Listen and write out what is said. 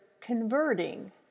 converting